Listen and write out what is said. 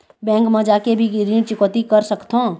Bank मा जाके भी ऋण चुकौती कर सकथों?